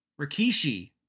Rikishi